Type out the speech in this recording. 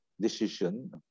decision